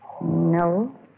No